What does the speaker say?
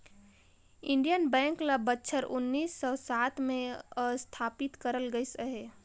Indian bank ल बछर उन्नीस सव सात में असथापित करल गइस अहे